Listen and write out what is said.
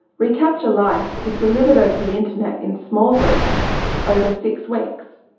recapture life is delivered over the internet in small groups over six weeks,